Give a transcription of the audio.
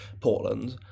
Portland